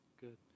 Good